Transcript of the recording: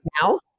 now